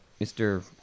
Mr